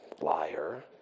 Liar